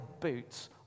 boots